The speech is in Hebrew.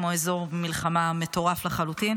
כמו אזור מלחמה מטורף לחלוטין,